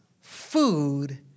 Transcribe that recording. food